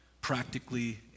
practically